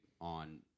On